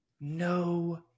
no